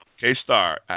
K-Star